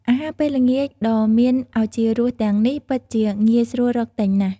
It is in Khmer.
អាហារពេលល្ងាចដ៏មានឱជារសទាំងនេះពិតជាងាយស្រួលរកទិញណាស់។